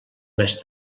més